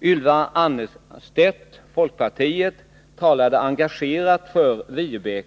Ylva Annerstedt, folkpartiet, talade engagerat för Viebäck.